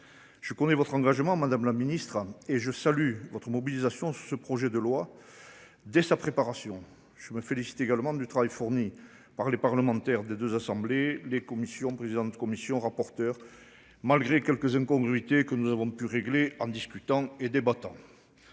Je connais votre engagement Madame la Ministre et je salue votre mobilisation ce projet de loi. Dès sa préparation. Je me félicite également du travail fourni par les parlementaires des 2 assemblées les commissions présidente Commission rapporteur malgré quelques incongruités que nous avons pu régler en discutant et des temps.